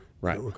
Right